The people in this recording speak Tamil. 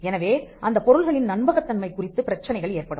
எனவே அந்தப் பொருள்களின் நம்பகத்தன்மை குறித்துப் பிரச்சனைகள் ஏற்படும்